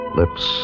lips